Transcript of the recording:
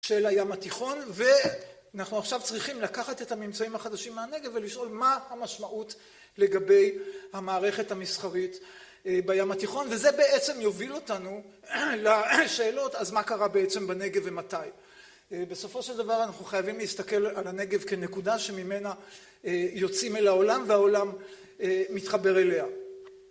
של הים התיכון ואנחנו עכשיו צריכים לקחת את הממצאים החדשים מהנגב ולשאול מה המשמעות לגבי המערכת המסחרית בים התיכון, וזה בעצם יוביל אותנו לשאלות אז מה קרה בעצם בנגב ומתי. בסופו של דבר אנחנו חייבים להסתכל על הנגב כנקודה שממנה יוצאים אל העולם והעולם מתחבר אליה.